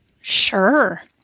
Sure